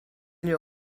nie